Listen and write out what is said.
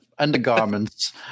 Undergarments